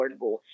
affordable